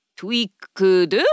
tweaked